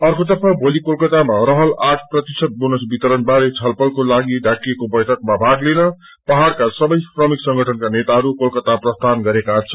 अर्कोतर्फ भोली कोलकातामा रहल आठ प्रतिशत बोनस वितरण बारे छलफलको लागि डाकिएको बैठकमा भाग लिन पाहाड़का सबै श्रमिक संगठनका नेताहरू कोलकाता प्रस्थान गरेका छन्